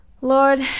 Lord